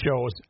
shows